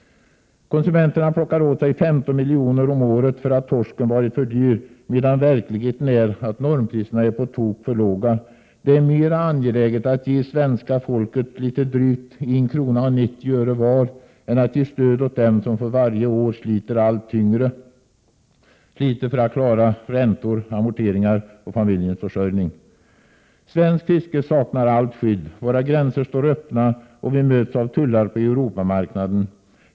Konsumenterna plockar åt sig 15 miljoner om året för att torsken varit för dyr, medan verkligheten är att normpriserna är på tok för låga. Det är mera angeläget att ge svenska folket litet drygt 1:90 var än att ge stöd åt dem som för varje år sliter allt tyngre för att klara räntor, amorteringar och familjens försörjning. Svenskt fiske saknar allt skydd. Våra gränser står öppna, och vi möts av tullar på Europamarknaden.